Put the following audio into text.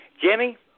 Jimmy